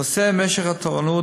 נושא משך התורנות,